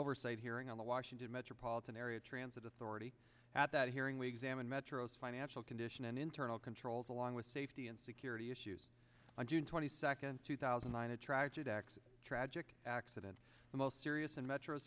oversight hearing on the washington metropolitan area transit authority at that hearing we examine metro's financial condition and internal controls along with safety and security issues on june twenty second two thousand and eight tragic accident tragic accident the most serious and metro